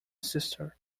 sister